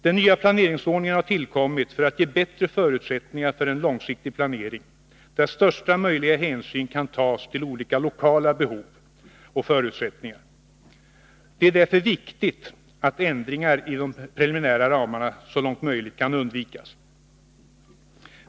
Den nya planeringsordningen har tillkommit för att ge bättre förutsättningar för en långsiktig planering, där största möjliga hänsyn kan tas till olika lokala behov och förutsättningar. Det är därför viktigt att ändringar i de preliminära ramarna så långt möjligt kan undvikas.